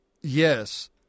yes